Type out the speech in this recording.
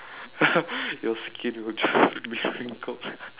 your skin will dry be wrinkled